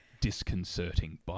disconcerting